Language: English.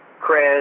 Chris